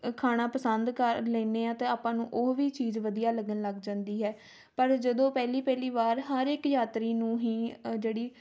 ਖਾਣਾ ਪਸੰਦ ਕਰ ਲੈਂਦੇ ਹਾਂ ਤਾਂ ਆਪਾਂ ਨੂੰ ਉਹ ਵੀ ਚੀਜ਼ ਵਧੀਆ ਲੱਗਣ ਲੱਗ ਜਾਂਦੀ ਹੈ ਪਰ ਜਦੋਂ ਪਹਿਲੀ ਪਹਿਲੀ ਵਾਰ ਹਰ ਇੱਕ ਯਾਤਰੀ ਨੂੰ ਹੀ ਜਿਹੜੀ